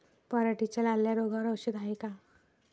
पराटीच्या लाल्या रोगावर औषध हाये का?